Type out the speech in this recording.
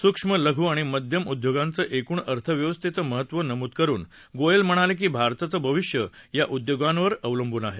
सूक्ष्म लघु आणि मध्यम उद्योगांचं एकूण अर्थव्यवस्थेचं महत्त्व नमूद करुन गोयल म्हणाले की भारताचं भविष्य या उद्योगांवर अवलंबून आहे